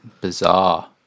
Bizarre